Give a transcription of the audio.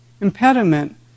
impediment